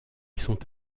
sont